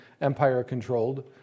Empire-controlled